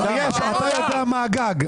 אתה יודע מה הגג.